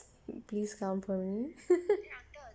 please count for me